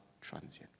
transient